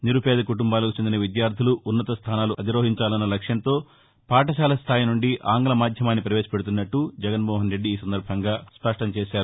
నిరుపేద కుటుంబాలకు చెందిన విద్యార్ధులు ఉన్నతస్థానాలు అధిరోహించాన్న లక్ష్యంతో పాఠశాల స్థాయి నుండి ఆంగ్ల మాధ్యమాన్ని పవేశ పెడుతున్నట్లు జగన్మోహన్ రెద్ది తెలిపారు